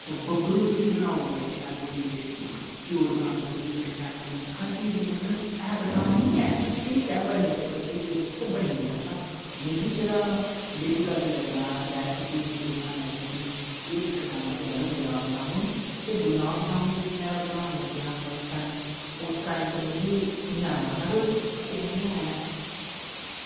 ते बब्बरू तुस बनाओ बड़े शैल बनी जंदे ध्यूर तुस बनाओ बड़े शैल बनी जंदे हर चीज गी मतलव है ते आसान नी ऐ ठीक ऐ इक बारी सिखगे तुस ता बनी जंदा हैना मिगी जेह्ड़ा डिफिकल्ट लग्गेआ रैसिपी जेह्ड़ी केह् दिक्कतां आईयां ओह् न गुलाब जामुन ते गुलाब जामुन में जिसलै बनान लगा फर्स्ट टाईम उस टाईम ते मिगी नी आंदा हा में कोई ओह् नी ऐं